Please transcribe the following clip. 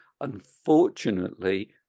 Unfortunately